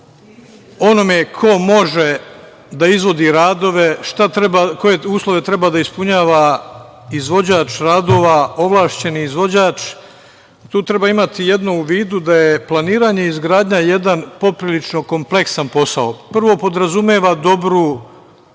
onome ko može da izvodi radove, koje uslove treba da ispunjava izvođač radova, ovlašćeni izvođač. Tu treba imati jedno u vidu, da je planiranje i izgradnja jedan poprilično kompleksan posao. Prvo, podrazumeva dobru